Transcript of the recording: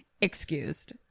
Excused